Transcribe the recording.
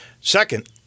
Second